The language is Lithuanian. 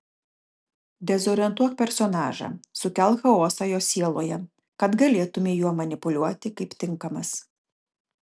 dezorientuok personažą sukelk chaosą jo sieloje kad galėtumei juo manipuliuoti kaip tinkamas